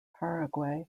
paraguay